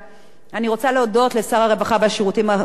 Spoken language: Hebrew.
אני רוצה להודות לשר הרווחה והשירותים החברתיים,